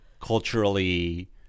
culturally